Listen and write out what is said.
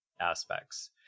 aspects